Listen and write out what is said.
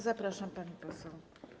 Zapraszam, pani poseł.